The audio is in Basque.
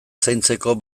zaintzeko